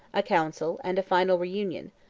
a council, and a final reunion,